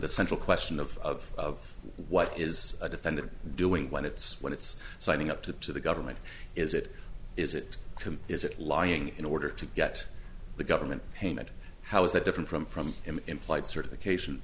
the central question of what is a defendant doing when it's when it's signing up to the government is it is it can is it lying in order to get the government payment how is that different from from an implied certification